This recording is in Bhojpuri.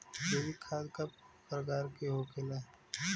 जैविक खाद का प्रकार के होखे ला?